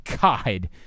God